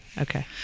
Okay